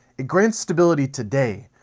grants stability today,